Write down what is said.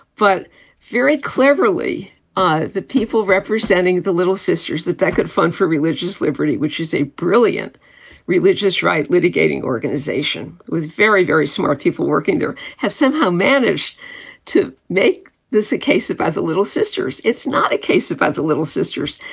but very cleverly ah the people representing the little sisters that they could fund for religious liberty, which is a brilliant religious right litigating organization with very, very smart people working there, have somehow managed to make this a case of the little sisters. it's not a case about the little sisters.